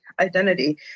identity